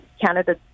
Canada